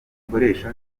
dukoresha